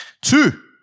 Two